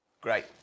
Great